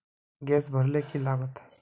Gas भरले की लागत?